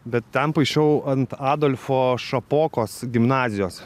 bet ten paišiau ant adolfo šapokos gimnazijos